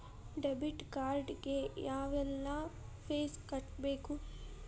debit card ಗೆ ಯಾವ್ಎಲ್ಲಾ fees ಕಟ್ಬೇಕು